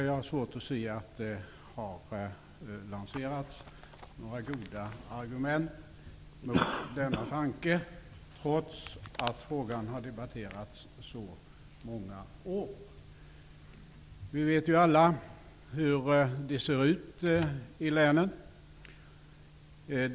Jag har svårt att se att det har lanserats några goda argument mot denna tanke, trots att frågan har debatterats under så många år. Vi vet ju alla hur det ser ut i länen.